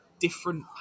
different